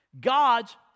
God's